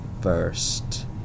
first